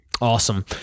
Awesome